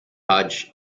hajj